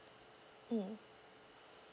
mm